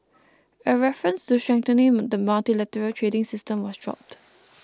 a reference to strengthening the multilateral trading system was dropped